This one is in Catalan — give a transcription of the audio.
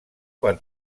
per